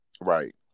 Right